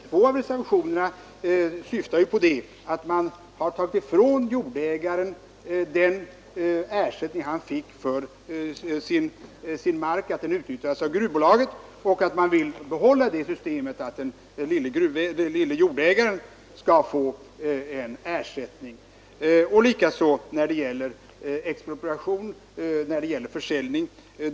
Två av reservationerna syftar till dels att ta ifrån jordägaren den ersättning han erhållit för att hans mark fått utnyttjas av gruvbolaget, dels att behålla ett system som innebär att den lille jordägaren skall få ersättning. På samma sätt förhåller det sig vid expropriation och försäljning.